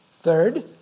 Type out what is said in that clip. Third